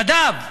נדב,